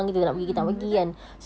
mmhmm betul